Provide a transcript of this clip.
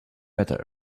better